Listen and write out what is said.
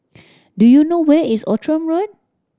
do you know where is Outram Road